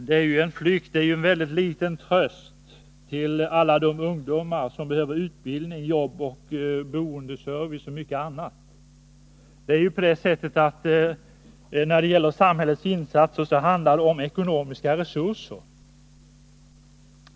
Det är ju en flykt; det är en väldigt liten tröst för alla de ungdomar som behöver utbildning, jobb, boendeservice och mycket annat. När det gäller samhällets insatser handlar det om ekonomiska resurser.